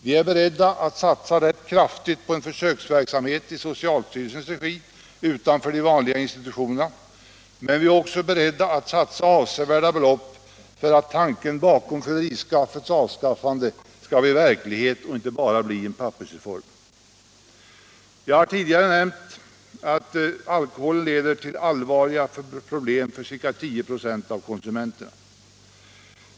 Vi är beredda att satsa rätt kraftigt på en försöksverksamhet i socialstyrelsens regi utanför de vanliga institutionerna, men vi är också beredda att satsa avsevärda belopp för att tanken bakom fylleristraffets avskaffande skall bli verklighet och inte bara en pappersreform. Jag har tidigare anfört att alkoholen leder till allvarliga problem för ca 10 96 av konsumenterna.